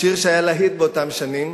השיר שהיה להיט באותן שנים,